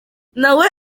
nawe